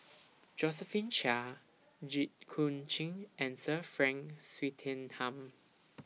Josephine Chia Jit Koon Ch'ng and Sir Frank Swettenham